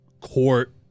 court